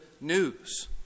news